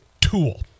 tool